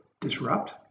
disrupt